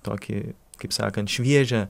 tokį kaip sakant šviežią